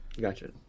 gotcha